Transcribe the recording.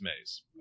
maze